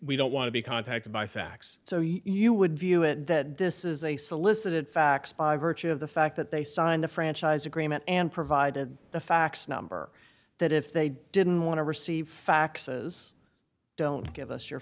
we don't want to be contacted by fax so you would view it that this is a solicited fax by virtue of the fact that they signed the franchise agreement and provided the fax number that if they didn't want to receive faxes don't give us your